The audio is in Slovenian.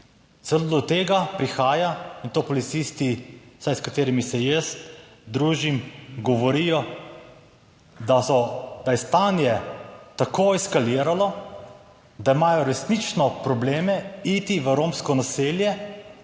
Celo do tega prihaja in to policisti, vsaj s katerimi se jaz družim, govorijo, da je stanje tako eskaliralo, da imajo resnično probleme iti v romsko naselje,